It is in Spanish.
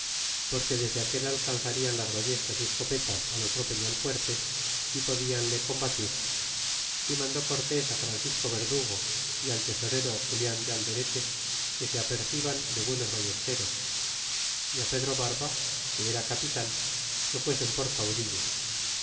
porque desde aquel aleanzarian las ballestas y escopetas al otro peño fuerte y podianle combatir y mandó cortés á francisco verdugo y al tesorero julian de alderete que se aperciban de buenos ballesteros y pedro barba que era capitan que fuesen por caudillos